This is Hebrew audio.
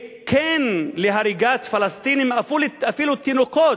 כן להריגת פלסטינים, אפילו תינוקות,